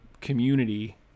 community